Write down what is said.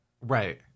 Right